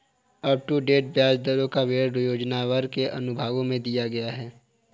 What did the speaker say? up to date ब्याज दरों का विवरण योजनावार उन अनुभागों में दिया गया है